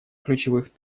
ключевых